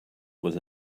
was